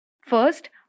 First